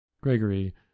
gregory